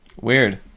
Weird